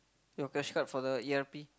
your cash card for the E_R_P